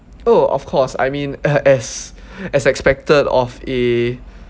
oh of course I mean uh as as expected of a